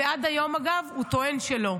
עד היום, אגב, הוא טוען שלא.